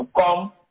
come